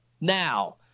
Now